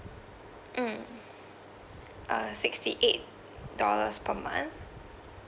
mm uh sixty eight dollars per month